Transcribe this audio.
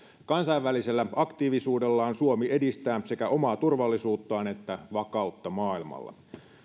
kansainvälisellä aktiivisuudellaan suomi edistää sekä omaa turvallisuuttaan että vakautta maailmalla